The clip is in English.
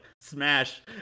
smash